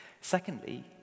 secondly